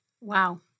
Wow